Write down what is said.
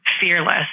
fearless